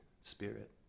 spirit